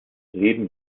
leben